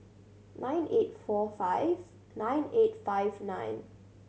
nine eight four five nine eight five nine